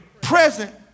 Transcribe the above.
present